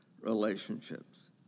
relationships